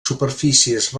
superfícies